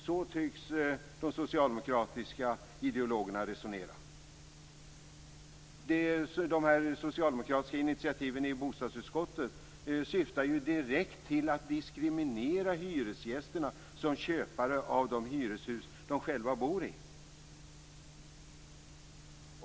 Så tycks de socialdemokratiska ideologerna resonera. De socialdemokratiska initiativen i bostadsutskottet syftar direkt till att diskriminera hyresgästerna som köpare av de hyreshus de själva bor i.